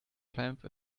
climb